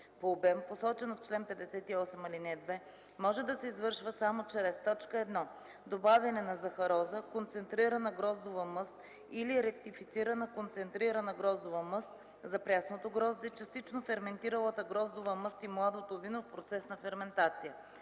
по обем, посочено в чл. 58, ал. 2, може да се извършва само чрез: 1. добавяне на захароза, концентрирана гроздова мъст или ректифицирана концентрирана гроздова мъст – за прясното грозде, частично ферментиралата гроздова мъст и младото вино в процес на ферментация;